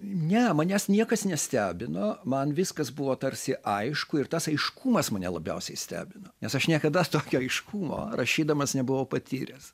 ne manęs niekas nestebino man viskas buvo tarsi aišku ir tas aiškumas mane labiausiai stebino nes aš niekada tokio aiškumo rašydamas nebuvau patyręs